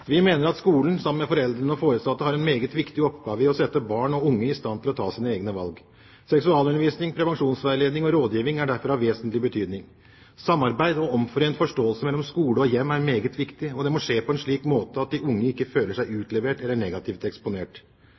Vi mener at skolen sammen med foreldre og foresatte har en meget viktig oppgave med å sette barn og unge i stand til å ta sine egne valg. Seksualundervisning, prevensjonsveiledning og rådgivning er derfor av vesentlig betydning. Samarbeid og omforent forståelse mellom skole og hjem er meget viktig, og det må skje på en slik måte at de unge ikke føler seg utlevert eller negativt eksponert.